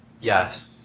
Yes